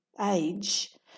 age